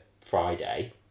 Friday